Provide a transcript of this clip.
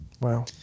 Wow